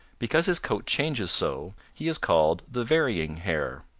because his coat changes so, he is called the varying hare.